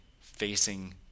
facing